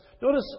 Notice